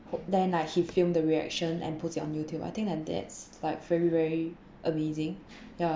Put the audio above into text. then like he film the reaction and puts it on YouTube I think thing like that's like very very amazing ya